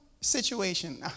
situation